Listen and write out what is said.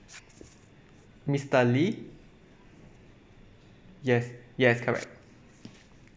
mister lee yes yes correct